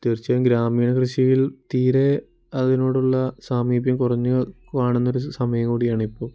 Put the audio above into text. തീർച്ചയായും ഗ്രാമീണ കൃഷിയിൽ തീരെ അതിനോടുള്ള സാമീപ്യം കുറഞ്ഞ് കാണുന്നൊരു സമയം കൂടിയാണിപ്പോൾ